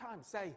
say